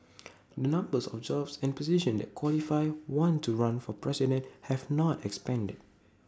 the numbers of jobs and positions that qualify one to run for president have not expanded